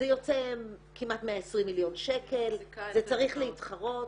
זה יוצא כמעט 120 מיליון שקל, זה צריך להתחרות.